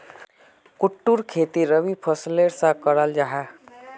कुट्टूर खेती रबी फसलेर सा कराल जाहा